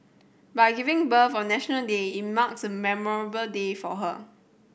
by giving birth on National Day it marks a memorable day for her